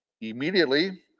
Immediately